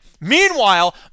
Meanwhile